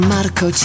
Marco